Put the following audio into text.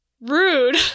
rude